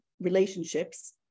relationships